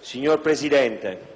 Signor Presidente,